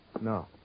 No